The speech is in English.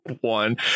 one